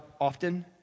often